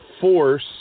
force